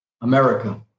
America